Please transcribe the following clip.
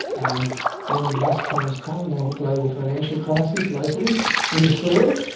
and when the bust times come and they have a global financial crisis locally in the soil,